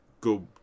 go